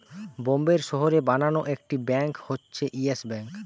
বোম্বের শহরে বানানো একটি ব্যাঙ্ক হচ্ছে ইয়েস ব্যাঙ্ক